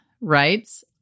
writes